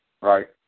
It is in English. right